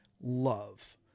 love